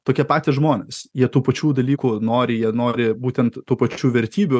tokie patys žmonės jie tų pačių dalykų nori jie nori būtent tų pačių vertybių